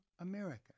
America